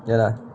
ya lah